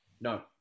No